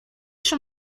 schon